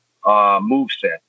moveset